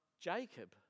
Jacob